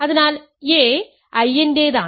അതിനാൽ a In ന്റേതാണ്